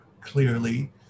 clearly